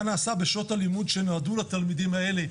נעשה בשעות הלימוד שנועדו לתלמידים האלה,